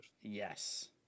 Yes